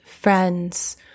friends